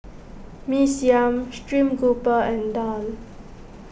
Mee Siam Stream Grouper and Daal